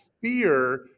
fear